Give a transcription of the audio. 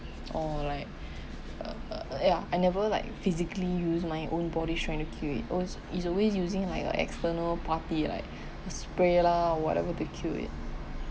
or like err ya I never like physically use my own body trying to kill it always it's always using like a external party like spray lah whatever to kill it